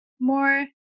more